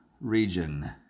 region